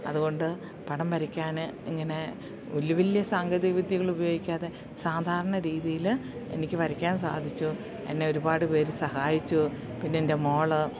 അതുകൊണ്ട് പടം വരയ്ക്കാൻ ഇങ്ങനെ വലിയ വലിയ സാങ്കേതിക വിദ്യകൾ ഉപയോഗിക്കാതെ സാധാരണ രീതിയിൽ എനിക്ക് വരയ്ക്കാൻ സാധിച്ചു എന്നെ ഒരുപാട് പേര് സഹായിച്ചു പിന്നെ എൻ്റെ മോൾ